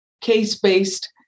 case-based